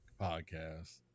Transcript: podcast